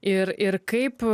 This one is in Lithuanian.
ir ir kaip